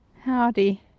Howdy